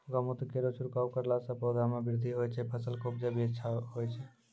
गौमूत्र केरो छिड़काव करला से पौधा मे बृद्धि होय छै फसल के उपजे भी अच्छा होय छै?